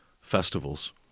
festivals